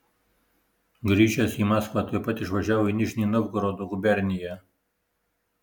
grįžęs į maskvą tuoj pat išvažiavo į nižnij novgorodo guberniją